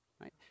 right